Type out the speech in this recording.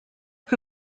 que